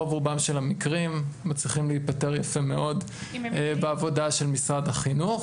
רוב רובם של המקרים מצליחים להיפתר יפה מאוד בעבודה של משרד החינוך.